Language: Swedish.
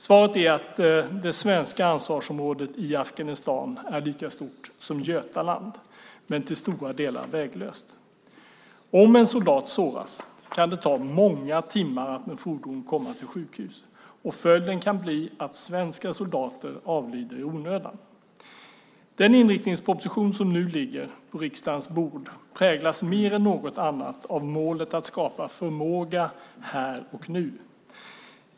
Svaret är att det svenska ansvarsområdet i Afghanistan är lika stort som Götaland men till stora delar väglöst. Om en soldat såras kan det ta många timmar att med fordon komma till sjukhus. Följden kan bli att svenska soldater avlider i onödan. Den inriktningsproposition som nu ligger på riksdagens bord präglas mer än något annat av målet att skapa förmåga här och nu.